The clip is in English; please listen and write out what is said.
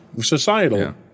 societal